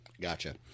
Gotcha